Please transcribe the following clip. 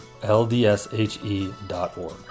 ldshe.org